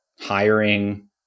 hiring